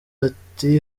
ati